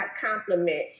complement